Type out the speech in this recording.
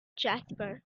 jasper